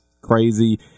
crazy